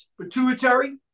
pituitary